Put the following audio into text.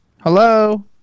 Hello